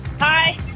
hi